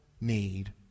need